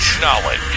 knowledge